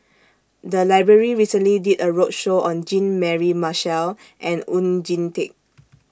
The Library recently did A roadshow on Jean Mary Marshall and Oon Jin Teik